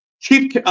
Chief